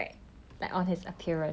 like korean style